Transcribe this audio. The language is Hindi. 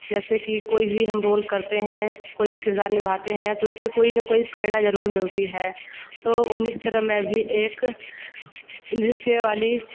जैसे कि कोई भी हम रोल करते हैं कोई भी किरदार निभाते हैं तो उससे कोई ना कोई प्रेरणा ज़रूर मिलती है तो उन्हीं की तरह मैं भी एक नृत्य वाली